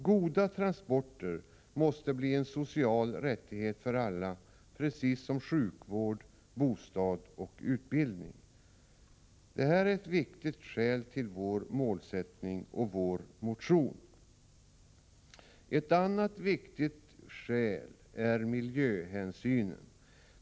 Goda transporter måste bli en social rättighet för alla, precis som sjukvård, bostad och utbildning. Det här är ett viktigt skäl till vår målsättning och vår motion. Ett annat viktigt skäl är miljöhänsynen.